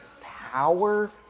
power